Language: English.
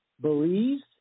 Belize